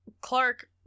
Clark